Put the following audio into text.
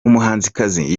umuhanzikazi